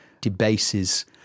debases